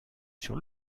sur